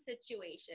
situation